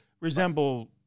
resemble